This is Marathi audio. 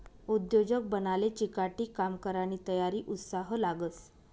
उद्योजक बनाले चिकाटी, काम करानी तयारी, उत्साह लागस